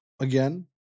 again